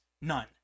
none